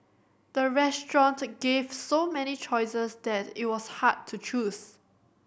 the restaurant gave so many choices that it was hard to choose